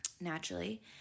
naturally